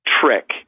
trick